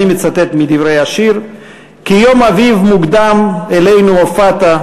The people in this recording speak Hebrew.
אני מצטט מדברי השיר: "כיום אביב מוקדם אלינו הופעת /